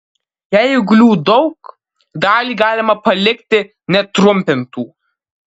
jei ūglių daug dalį galima palikti netrumpintų